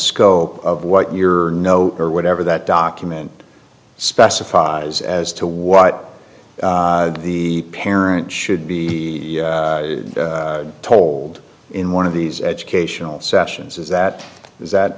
scope of what you're know or whatever that document specifies as to what the parent should be told in one of these educational sessions is that is that